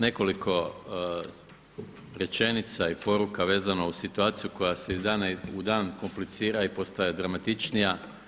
Nekoliko rečenica i poruka vezano uz situaciju koja se iz dana u dan komplicira i postaje dramatičnija.